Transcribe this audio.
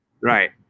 Right